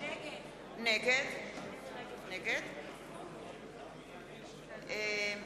נגד כרמל שאמה,